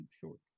shorts